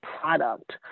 product